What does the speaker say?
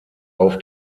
auf